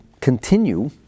continue